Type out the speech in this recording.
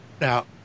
Now